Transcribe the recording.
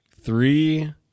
three